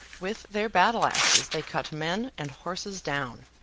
with their battle-axes they cut men and horses down.